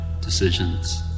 decisions